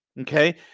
Okay